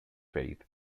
faith